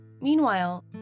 Meanwhile